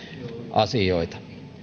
asioita